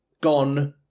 gone